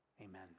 Amen